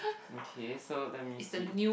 okay so let me see